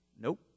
Nope